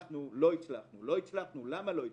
הצלחנו, לא הצלחנו, לא הצלחנו למה לא הצלחנו.